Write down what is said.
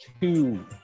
two